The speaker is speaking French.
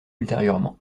ultérieurement